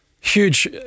huge